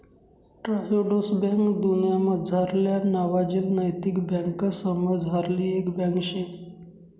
Triodos bank दुन्यामझारल्या नावाजेल नैतिक बँकासमझारली एक बँक शे